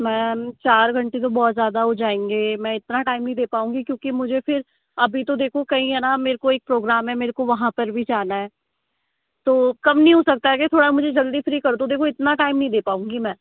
ma'am चार घंटे तो बहुत ज़्यादा हो जायेंगे मैं इतना टाइम नहीं दे पाऊँगी क्योंकि मुझे फिर अभी तो देखो कहीं है न मेरे को एक प्रोग्राम है मेरे को वहाँ पर भी जाना है तो कम नहीं हो सकता क्या थोड़ा मुझे जल्दी फ्री कर दो देखो इतना टाइम नहीं दे पाऊँगी मैं